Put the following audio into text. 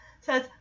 says